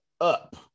up